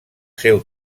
seu